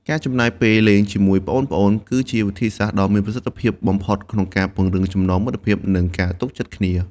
ការចំណាយពេលលេងជាមួយប្អូនៗ គឺជាវិធីដ៏មានប្រសិទ្ធភាពបំផុតក្នុងការពង្រឹងចំណងមិត្តភាព និងការទុកចិត្តគ្នា។